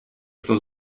что